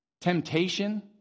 temptation